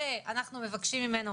נכון.